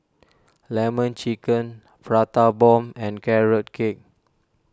Lemon Chicken Prata Bomb and Carrot Cake